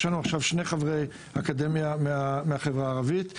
יש לנו עכשיו שני חברי אקדמיה מהחברה הערבית,